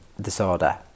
disorder